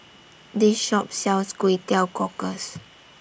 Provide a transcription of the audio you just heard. This Shop sells Kway Teow Cockles